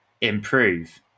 improve